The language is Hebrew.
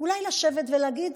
אולי לשבת ולהגיד: